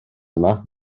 yma